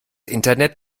internet